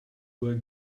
were